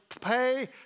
pay